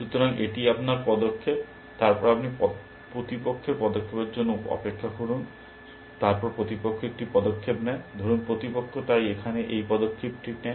সুতরাং এটি আপনার পদক্ষেপ তারপর আপনি প্রতিপক্ষের পদক্ষেপের জন্য অপেক্ষা করুন তারপর প্রতিপক্ষ একটি পদক্ষেপ নেয় ধরুন প্রতিপক্ষ তাই এখানে এই পদক্ষেপটি নেয়